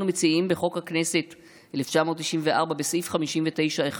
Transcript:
אנחנו מציעים שבחוק הכנסת 1994, בסעיף 59(1),